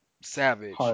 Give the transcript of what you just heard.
Savage